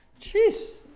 Jeez